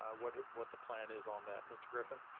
ah what what the plan is on that, mr. griffin?